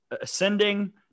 ascending